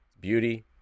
beauty